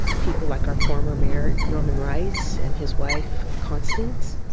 people like our former mayor norman rice and his wife, constance